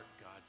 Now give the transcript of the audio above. God